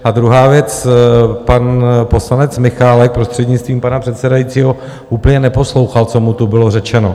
A druhá věc, pan poslanec Michálek, prostřednictvím pana předsedajícího, úplně neposlouchal, co mu tu bylo řečeno.